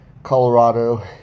Colorado